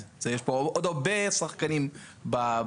יש פה עוד הרבה שחקנים בעולם.